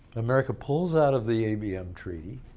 america pulls out of the abm treaty,